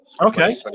Okay